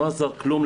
לא עזר כלום,